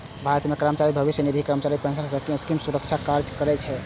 भारत मे कर्मचारी भविष्य निधि, कर्मचारी पेंशन स्कीम सामाजिक सुरक्षा कार्यक्रम छियै